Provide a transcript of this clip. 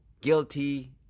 guilty